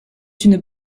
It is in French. une